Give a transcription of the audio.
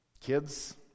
Kids